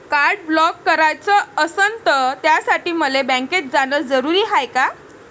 Card block कराच असनं त त्यासाठी मले बँकेत जानं जरुरी हाय का?